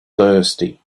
thirsty